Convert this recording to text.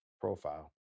profile